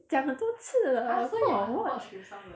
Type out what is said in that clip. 讲很多次